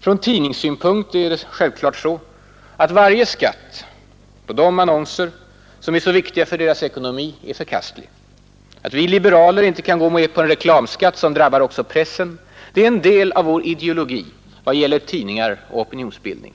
Från tidningssynpunkt är det självklart så att varje typ av skatt på de annonser som är så viktiga för tidningarnas ekonomi är förkastlig. Att vi liberaler inte kan gå med på en reklamskatt som drabbar också pressen är en del av vår ideologi i vad gäller tidningar och opinionsbildning.